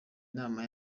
inama